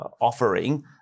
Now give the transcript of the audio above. offering